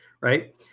right